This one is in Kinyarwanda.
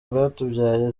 urwatubyaye